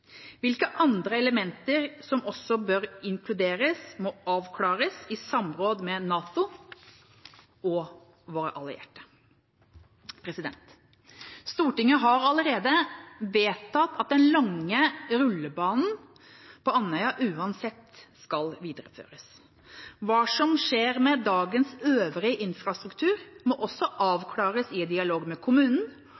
Hvilke andre elementer som også bør inkluderes, må avklares i samråd med NATO og våre allierte. Stortinget har allerede vedtatt at den lange rullebanen på Andøya uansett skal videreføres. Hva som skjer med dagens øvrige infrastruktur, må også